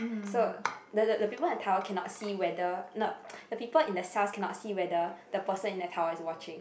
so the the the people in the tower cannot see whether no the people in the cells cannot see whether the person in the tower is watching